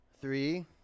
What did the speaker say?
Three